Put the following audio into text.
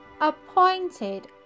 appointed